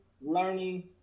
learning